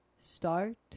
Start